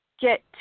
Get